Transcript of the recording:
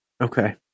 Okay